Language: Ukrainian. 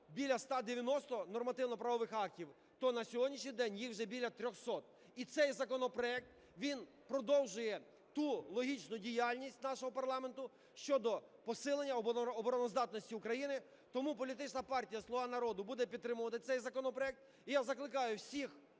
біля 190 нормативно-правових актів, то на сьогоднішній день їх біля 300. І цей законопроект, він продовжує ту логічну діяльність нашого парламенту щодо посилення обороноздатності України. Тому політична партія "Слуга народу" буде підтримувати цей законопроект. І я закликаю всіх